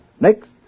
Next